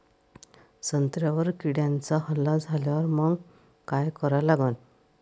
संत्र्यावर किड्यांचा हल्ला झाल्यावर मंग काय करा लागन?